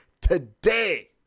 today